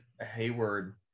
Hayward